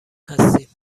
هستیم